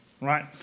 right